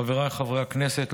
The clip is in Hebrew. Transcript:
חבריי חברי הכנסת,